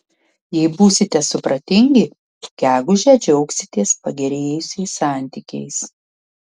jei būsite supratingi gegužę džiaugsitės pagerėjusiais santykiais